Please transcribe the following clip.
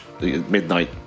midnight